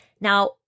Now